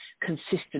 consistent